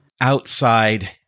outside